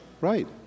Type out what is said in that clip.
right